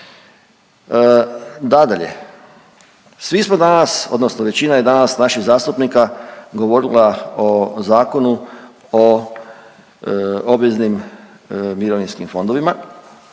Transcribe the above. Nadalje, svi smo danas odnosno većina je danas naših zastupnika govorila o Zakonu o obveznim mirovinskim fondovima,